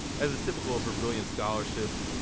as is typical of her brilliant scholarship,